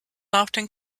often